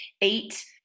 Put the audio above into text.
eight